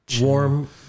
warm